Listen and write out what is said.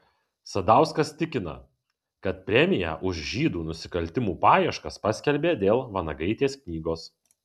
sadauskas tikina kad premiją už žydų nusikaltimų paieškas paskelbė dėl vanagaitės knygos